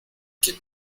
qué